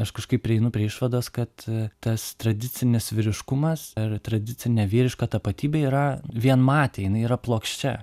aš kažkaip prieinu prie išvados kad tas tradicinis vyriškumas ar tradicinė vyriška tapatybė yra vienmatė jinai yra plokščia